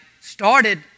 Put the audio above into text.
started